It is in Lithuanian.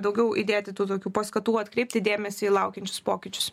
daugiau įdėti tų tokių paskatų atkreipti dėmesį į laukiančius pokyčius